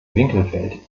winkelfeld